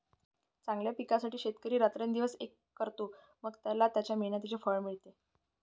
चांगल्या पिकासाठी शेतकरी रात्रंदिवस एक करतो, मग त्याला त्याच्या मेहनतीचे फळ मिळते